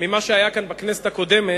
ממה שהיה כאן בכנסת הקודמת,